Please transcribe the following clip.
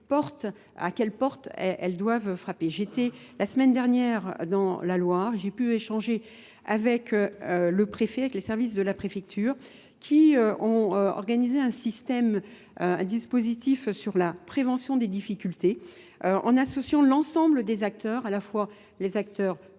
à quelle porte elles doivent frapper. J'étais la semaine dernière dans la Loire, j'ai pu échanger avec le préfet, avec les services de la préfecture qui ont organisé un système, un dispositif sur la prévention des difficultés en associant l'ensemble des acteurs, à la fois les acteurs publics